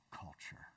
culture